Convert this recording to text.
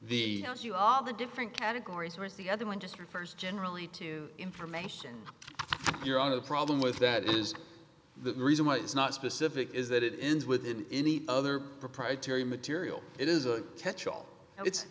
the you all the different categories where the other one just refers generally to information you're on the problem with that is the reason why it's not specific is that it ends with any other proprietary material it is a catch all